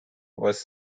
was